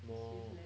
more